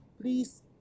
please